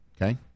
Okay